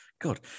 God